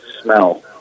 smell